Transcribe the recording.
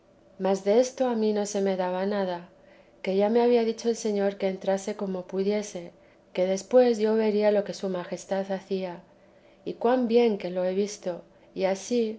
mas desto a mí no se me daba nada que me había dicho el señor que entrase como pudiese que después yo vería lo que su majestad hacía y cuan bien lo he visto y ansí